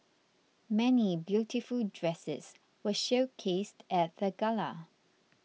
many beautiful dresses were showcased at the gala